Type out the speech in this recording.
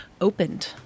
opened